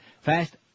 Fast